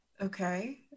Okay